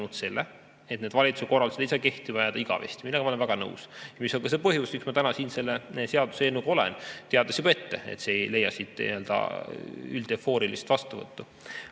selle, et need valitsuse korraldused ei saa kehtima jääda igavesti. Sellega ma olen täiesti nõus ja see on ka põhjus, miks ma täna siin selle seaduseelnõuga olen, teades juba ette, et see ei leia siit üldeufoorilist vastuvõttu.